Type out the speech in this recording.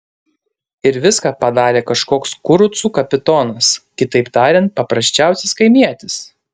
ir viską padarė kažkoks kurucų kapitonas kitaip tariant paprasčiausias kaimietis